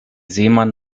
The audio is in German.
seemann